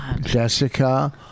Jessica